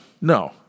No